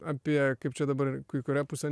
apie kaip čia dabar į kurią pusę